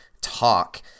talk